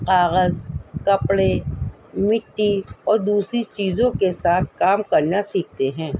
کاغذ کپڑے مٹی اور دوسری چیزوں کے ساتھ کام کرنا سیکھتے ہیں